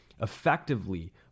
effectively